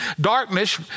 Darkness